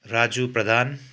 Raju Pradhan